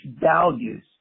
values